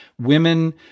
women